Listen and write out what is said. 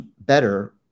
better